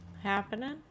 happening